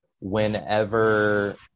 whenever